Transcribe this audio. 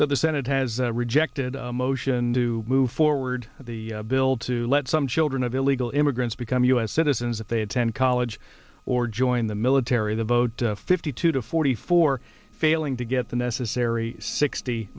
so the senate has rejected a motion to move forward the bill to let some children of illegal immigrants become u s citizens if they attend college or join the military the vote fifty two to forty four failing to get the necessary sixty